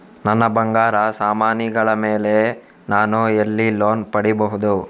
ನನ್ನ ಬಂಗಾರ ಸಾಮಾನಿಗಳ ಮೇಲೆ ನಾನು ಎಲ್ಲಿ ಲೋನ್ ಪಡಿಬಹುದು?